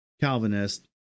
Calvinist